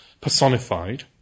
personified